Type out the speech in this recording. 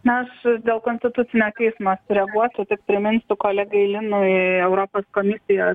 na aš dėl konstitucinio teismo sureaguosiu tik priminsiu kolegai linui europos komisijos